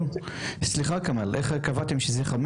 סליחה כמאל, איך קבעתם שזה 5?